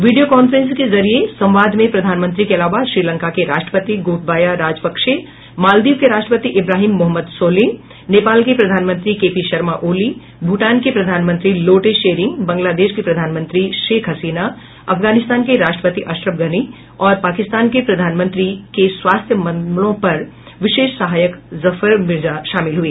video conferencing के जरिये संवाद में प्रधानमंत्री के अलावा श्रीलंका के राष्ट्रपति गोटबाया राजपक्षे मालदीव के राष्ट्रपति इब्राहिम मोहम्मद सोलिह नेपाल के प्रधानमंत्री के पी शर्मा ओली भूटान के प्रधानमंत्री लोटे शेरिंग बांग्लादेश की प्रधानमंत्री शेख हसीना अफगानिस्तान के राष्ट्रपति अशरफ गनी और पाकिस्तान के प्रधानमंत्री के स्वास्थ्य ममलों पर विशेष सहायक जफर मिर्जा शामिल हुए